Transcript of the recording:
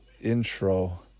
intro